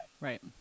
Right